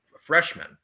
freshmen